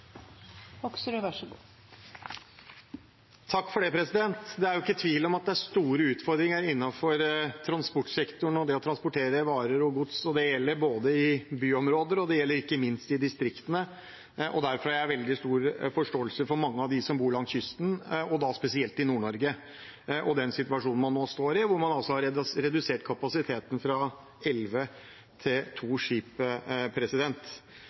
store utfordringer innenfor transportsektoren og det å transportere varer og gods. Det gjelder både i byområder og, ikke minst, i distriktene. Derfor har jeg veldig stor forståelse for mange av dem som bor langs kysten, spesielt i Nord-Norge, i situasjonen de nå står i, der man altså har redusert kapasiteten fra elleve til to skip.